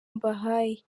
mbahaye